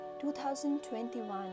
2021